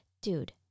Dude